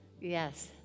Yes